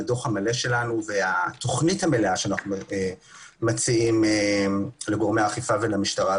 הדוח המלא שלנו והתוכנית המלאה שאנו מציעים לגורמי האכיפה ולמשטרה.